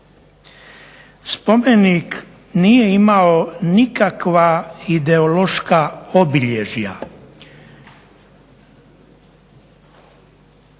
Spomenik nije imao nikakva ideološka obilježja.